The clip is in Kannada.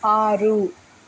ಆರು